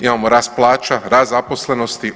Imamo rast plaća, rast zaposlenosti.